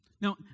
Now